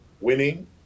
winning